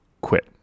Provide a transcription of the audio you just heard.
quit